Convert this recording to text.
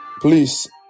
please